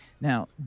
Now